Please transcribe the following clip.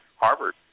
Harvard